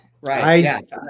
Right